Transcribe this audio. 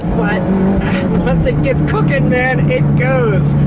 but once it gets cooking, man it goes!